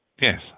yes